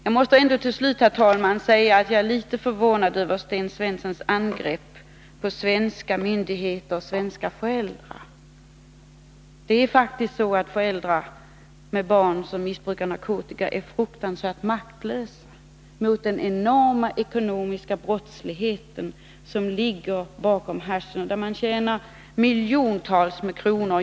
Jag måste till slut, herr talman, säga att jag är litet förvånad över Sten Svenssons angrepp på svenska myndigheter och svenskarna själva. Det är faktiskt så, att föräldrar med barn som missbrukar narkotika är fruktansvärt maktlösa mot den enorma ekonomiska brottslighet som ligger bakom hasch. Man kan tjäna miljontals kronor.